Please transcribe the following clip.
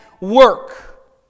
work